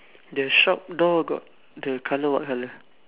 the shop door got the colour what colour